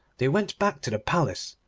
they went back to the palace,